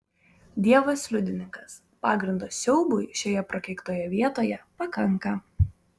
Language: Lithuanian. dievas liudininkas pagrindo siaubui šioje prakeiktoje vietoje pakanka